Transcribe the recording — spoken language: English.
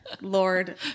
Lord